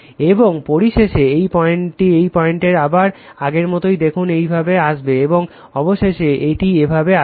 এবং পরিশেষে এই পয়েন্টের পরে আবার আগের মতই দেখুন এটি এভাবে আসবে এবং অবশেষে এটি এভাবে আসবে